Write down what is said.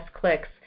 clicks